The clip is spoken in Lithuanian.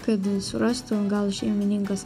kad surastų gal šeimininkas